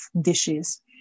dishes